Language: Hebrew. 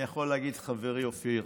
אני יכול להגיד חברי אופיר,